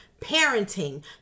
parenting